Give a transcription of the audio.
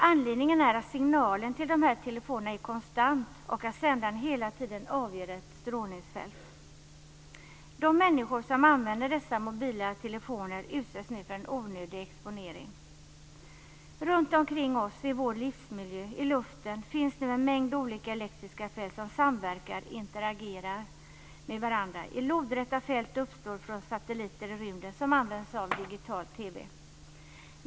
Anledningen är att signalen till de här telefonerna är konstant och att sändaren hela tiden avger ett strålningsfält. De människor som använder dessa mobila telefoner utsätts nu för en onödig exponering. Runtomkring oss i vår livsmiljö, i luften, finns nu en mängd olika elektriska fält som samverkar, interagerar, med varandra. Lodräta fält uppstår från satelliter i rymden, som används av digital TV.